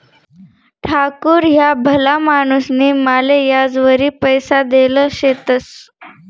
ठाकूर ह्या भला माणूसनी माले याजवरी पैसा देल शेतंस